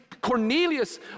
Cornelius